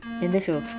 எந்த:entha show